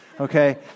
Okay